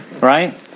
Right